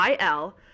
il